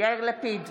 יאיר לפיד,